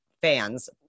fans